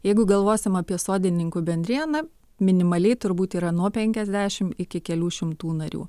jeigu galvosim apie sodininkų bendriją na minimaliai turbūt yra nuo penkiasdešim iki kelių šimtų narių